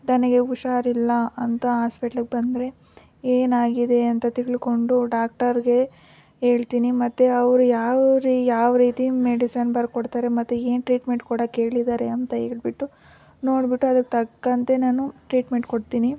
ತನಗೆ ಹುಷಾರಿಲ್ಲ ಅಂತ ಹಾಸ್ಪಿಟ್ಲ್ಗೆ ಬಂದರೆ ಏನಾಗಿದೆ ಅಂತ ತಿಳ್ಕೊಂಡು ಡಾಕ್ಟರ್ಗೆ ಹೇಳ್ತೀನಿ ಮತ್ತು ಅವ್ರು ಯಾವ ರಿ ಯಾವ ರೀತಿ ಮೆಡಿಸನ್ ಬರ್ಕೊಡ್ತಾರೆ ಮತ್ತು ಏನು ಟ್ರೀಟ್ಮೆಂಟ್ ಕೊಡಕ್ಕೆ ಹೇಳಿದ್ದಾರೆ ಅಂತ ಹೇಳಿಬಿಟ್ಟು ನೋಡ್ಬಿಟ್ಟು ಅದಕ್ಕೆ ತಕ್ಕಂತೆ ನಾನು ಟ್ರೀಟ್ಮೆಂಟ್ ಕೊಡ್ತೀನಿ